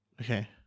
Okay